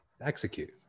execute